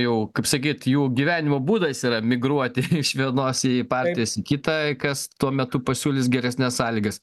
jau kaip sakyt jų gyvenimo būdas yra migruoti iš vienos į partijos į kitą kas tuo metu pasiūlys geresnes sąlygas